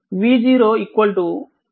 v0 0 కూడా కావచ్చు